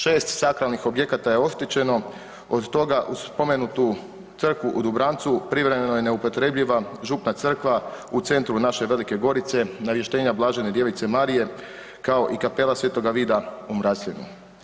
6 sakralnih objekata je oštećeno od toga uz spomenutu crkvu u Dubrancu privremeno je neupotrebljiva župna crkva u centru naše Velike Gorice Navještenja blažene djevice Marije kao i kapela Sv. Vida u Mraclinu.